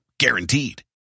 guaranteed